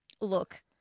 Look